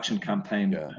campaign